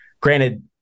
Granted